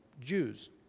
Jews